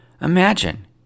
Imagine